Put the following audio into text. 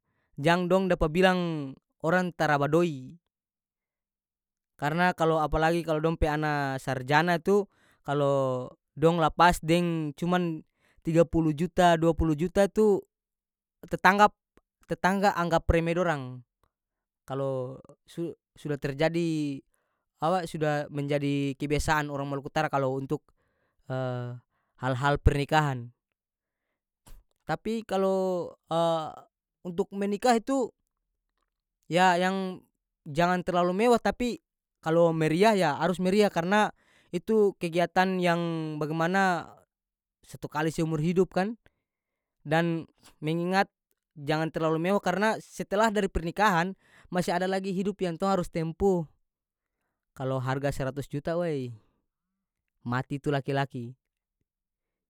Jang dong dapa bilang orang tara badoi karena kalo apalagi kalo dong pe ana sarjana tu kalo dong lapas deng cuman tiga puluh juta dua puluh juta tu tetanggap- tetangga anggap remeh dorang kalo su- suda terjadi awa suda menjadi kebiasaan orang maluku utara kalo untuk hal-hal pernikahan tapi kalo untuk menikah itu yah yang jangan terlalu mewah tapi kalo meriah yah harus meriah karena itu kegiatan yang bagimana satu kali seumur hidup kan dan mengingat jangan terlalu mewah karena setelah dari pernikahan masi ada lagi hidup yang tong harus tempuh kalo harga seratus juta wey mati tu laki-laki.